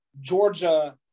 georgia